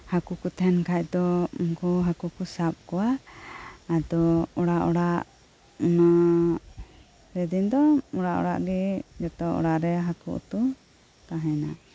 ᱦᱟᱠᱩ ᱠᱩ ᱛᱟᱦᱮᱱ ᱠᱷᱟᱡ ᱫᱚ ᱩᱱᱠᱩ ᱦᱟᱠᱩ ᱠᱩ ᱥᱟᱵ ᱠᱚᱣᱟ ᱟᱫᱚ ᱚᱲᱟᱜ ᱚᱲᱟᱜ ᱚᱱᱟ ᱥᱮᱫᱤᱱ ᱫᱚ ᱚᱲᱟᱜ ᱜᱤ ᱡᱚᱛᱚ ᱚᱲᱟᱜ ᱨᱮ ᱦᱟᱠᱩ ᱩᱛᱩ ᱛᱟᱦᱮᱱᱟ